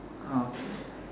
uh okay